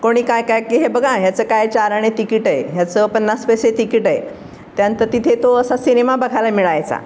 कोणी काय काय की हे बघा ह्याचं काय चार आणे तिकीट आहे ह्याचं पन्नास पैसे तिकीट आहे त्यानंतर तिथे तो असा सिनेमा बघायला मिळायचा